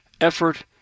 effort